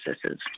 processes